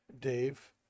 Dave